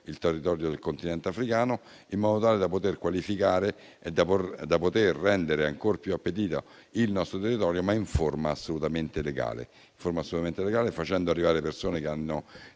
ma con tutto il continente africano, in modo tale da qualificare e rendere ancor più appetibile il nostro territorio, in forma assolutamente legale, facendo arrivare persone che hanno